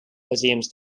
assumes